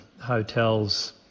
hotels